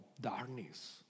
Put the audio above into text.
darkness